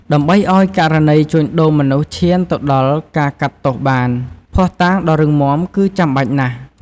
ដើម្បីឱ្យករណីជួញដូរមនុស្សឈានទៅដល់ការកាត់ទោសបាន ភស្តុតាងដ៏រឹងមាំគឺចាំបាច់ណាស់។